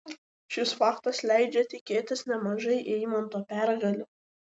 šis faktas leidžia tikėtis nemažai eimanto pergalių